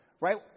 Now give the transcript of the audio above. Right